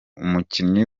umukinnyi